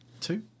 Two